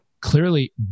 clearly